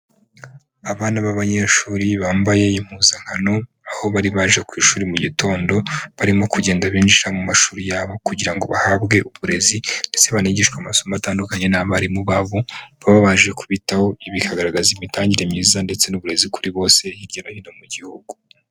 Abana b'abanyeshuri bambaye impuzankano, aho bari baje ku ishuri mu gitondo barimo kugenda binjira mu mashuri yabo kugira ngo bahabwe uburezi ndetse banigishwe amasomo atandukanye n'abarimu babo baba baje kubitaho, ibi bikagaragaza imitangire myiza ndetse n'uburezi kuri bose hirya no hino mu gihugu.